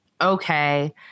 okay